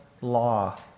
law